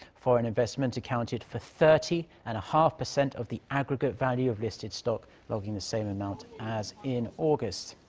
foreign investment accounted for thirty and a half percent of the aggregate value of listed stock, logging the same amount as in august.